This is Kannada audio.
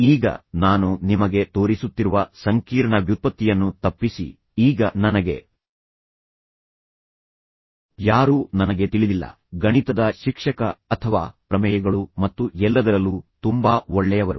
ಈಗ ನಾನು ನಿಮಗೆ ತೋರಿಸುತ್ತಿರುವ ಸಂಕೀರ್ಣ ವ್ಯುತ್ಪತ್ತಿಯನ್ನು ತಪ್ಪಿಸಿ ಈಗ ನನಗೆ ಯಾರೂ ನನಗೆ ತಿಳಿದಿಲ್ಲ ಗಣಿತದ ಶಿಕ್ಷಕ ಅಥವಾ ಪ್ರಮೇಯಗಳು ಮತ್ತು ಎಲ್ಲದರಲ್ಲೂ ತುಂಬಾ ಒಳ್ಳೆಯವರು